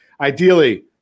Ideally